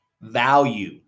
value